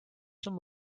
some